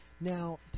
Now